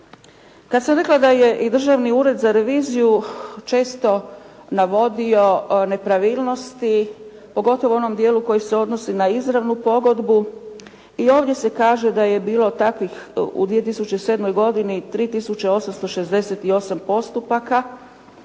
Kada sam rekla da je i Državni ured za reviziju često navodio nepravilnosti, pogotovo u onom dijelu koji se odnosi na izravnu pogodbu i ovdje se kaže da je bilo takvih u 2007. godini 3868 postupaka